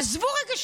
עזבו לרגע,